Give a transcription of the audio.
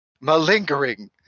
malingering